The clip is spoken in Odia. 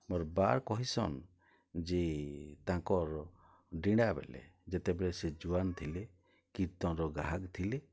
ମୋର୍ ବା କହେସନ୍ ଯେ ତାଙ୍କର ଡ଼େଣା ବେଲେ ଯେତେବେଳେ ସେ ଜୁଆନ୍ ଥିଲେ କୀର୍ତ୍ତନ୍ର ଗାହକ୍ ଥିଲେ